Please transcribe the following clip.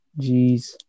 Jeez